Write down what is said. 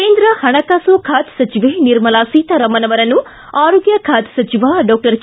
ಕೇಂದ್ರ ಪಣಕಾಸು ಖಾತೆ ಸಚಿವೆ ನಿರ್ಮಲಾ ಸೀತಾರಾಮನ್ ಅವರನ್ನು ಆರೋಗ್ಯ ಖಾತೆ ಸಚಿವ ಡಾಕ್ಷರ್ ಕೆ